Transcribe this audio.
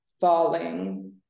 falling